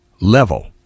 level